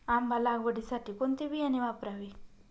आंबा लागवडीसाठी कोणते बियाणे वापरावे?